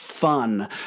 fun